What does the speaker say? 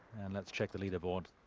and let's check the leaderboards.